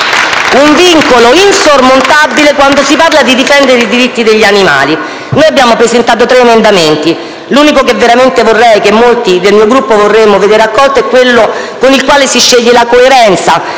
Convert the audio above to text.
un vincolo insormontabile quando si parla di difendere i diritti degli animali. Abbiamo presentato tre emendamenti. L'unico che veramente in molti del mio Gruppo vorremmo veder accolto è quello con cui si scelgono la coerenza